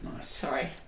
Sorry